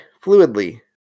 fluidly